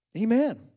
Amen